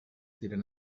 tiren